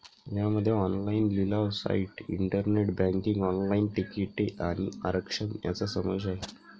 यामध्ये ऑनलाइन लिलाव site, internet banking, online तिकिटे आणि आरक्षण यांचा समावेश आहे